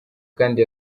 kandi